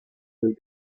del